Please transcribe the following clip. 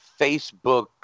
Facebook